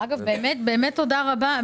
באמת תודה רבה.